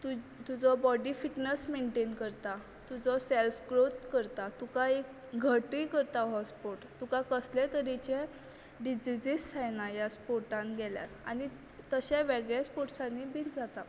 तूं तुजो body fitness maintain करता तुजो सेल्फ ग्रोत करता तुका एक घटय करता हो स्पोर्ट तुका कसले तरेचे डिजिजीस जायनात ह्या स्पोर्टान गेल्यार आनी तशें वेगळे स्पोर्टांनी बी जाता